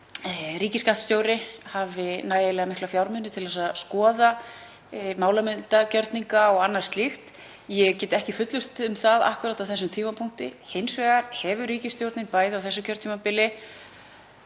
ríkisskattstjóri hafi nægilega mikla fjármuni til að skoða málamyndagerninga og annað slíkt. Ég get ekki fullyrt um það akkúrat á þessum tímapunkti. Hins vegar hefur ríkisstjórnin, bæði á þessu kjörtímabili